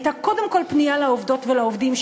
הייתה קודם כול פנייה לעובדות ולעובדים,